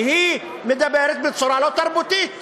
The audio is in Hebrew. כי היא מדברת בצורה לא תרבותית.